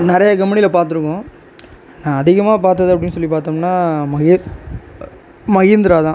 நிறையா கம்பெனியில பார்த்துருக்கோம் நான் அதிகமாக பார்த்தது அப்படின்னு சொல்லி பார்த்தோம்னா மஹே மஹேந்திரா தான்